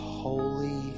holy